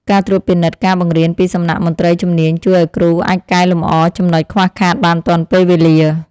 ការត្រួតពិនិត្យការបង្រៀនពីសំណាក់មន្ត្រីជំនាញជួយឱ្យគ្រូអាចកែលម្អចំណុចខ្វះខាតបានទាន់ពេលវេលា។